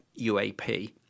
UAP